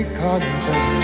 contest